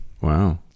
Wow